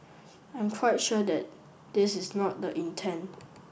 I'm quite sure that this is not the intent